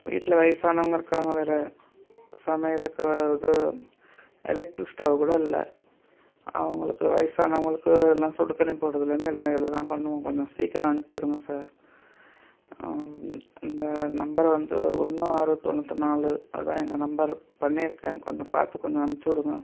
வீட்டில் வயதானவங்க இருக்கிறாங்க வேறு சமையலுக்கு இது எலெக்ட்ரிக் ஸ்டவ் கூட இல்லை அவங்களுக்கு வயதானவங்களுக்கு எல்லாம் சுடுத்தண்ணி போடுகிறதுலேருந்து எல்லாம் இதில் தான் பண்ணுவோம் கொஞ்சம் சீக்கிரம் அனுப்பிவிடுங்க சார் இந்த நம்பரை வந்து ஒன்று ஆறு தொண்ணூற்று நாலு அதுதான் எங்கள் நம்பர் பண்ணியிருக்கேன் கொஞ்சம் பார்த்து கொஞ்சம் அனுப்பிச்சுடுங்க